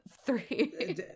three